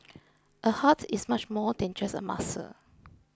a heart is much more than just a muscle